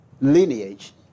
lineage